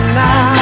now